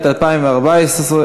התשע"ד 2014,